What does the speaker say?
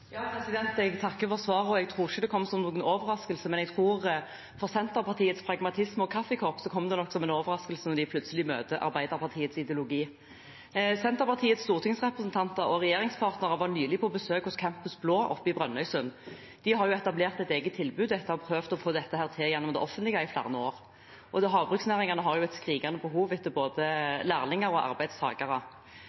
Jeg takker for svaret. Jeg tror ikke det kom som noen overraskelse, men for Senterpartiets pragmatisme og kaffekopp kommer det nok som en overraskelse når de plutselig møter Arbeiderpartiets ideologi. Senterpartiets stortingsrepresentanter og regjeringspartnere var nylig på besøk hos Campus BLÅ i Brønnøysund. De har etablert et eget tilbud etter å ha prøvd å få det til gjennom det offentlige i flere år. Havbruksnæringene har et skrikende behov etter både